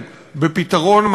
בטעות,